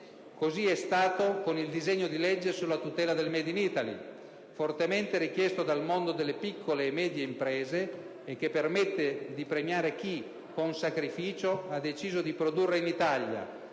Così è stato con il disegno di legge sulla tutela del *made in Italy*, fortemente richiesto dal mondo delle piccole e medie imprese, e che permette di premiare chi con sacrificio ha deciso di produrre in Italia,